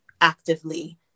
actively